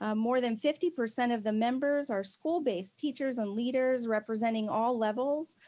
um more than fifty percent of the members are school-based teachers and leaders representing all levels,